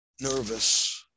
nervous